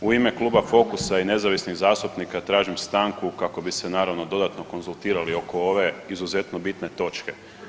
U ime Kluba Fokusa i nezavisnih zastupnika tražim stanku kako bi se naravno dodatno konzultirali oko ove izuzetno bitne točke.